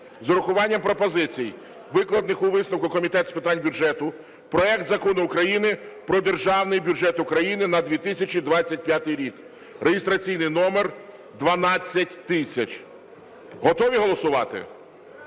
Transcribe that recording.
з урахуванням пропозицій, викладених у висновку Комітету з питань бюджету, проект Закону України про Державний бюджет України на 2025 рік (реєстраційний номер 12000). Готові голосувати?